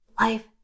life